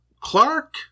Clark